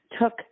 took